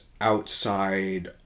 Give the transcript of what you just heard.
outside